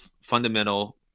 fundamental